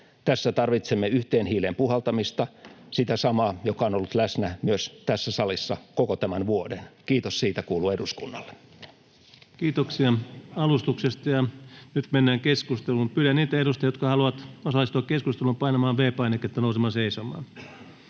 Tässä tarvitsemme yhteen hiileen puhaltamista — sitä samaa, joka on ollut läsnä myös tässä salissa koko tämän vuoden. Kiitos siitä kuuluu eduskunnalle. Kiitoksia alustuksesta. — Nyt mennään keskusteluun. Pyydän niitä edustajia, jotka haluavat osallistua keskusteluun, painamaan V-painiketta ja nousemaan seisomaan.